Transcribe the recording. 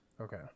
Okay